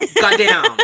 Goddamn